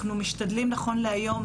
אנחנו משתדלים נכון להיום,